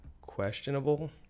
questionable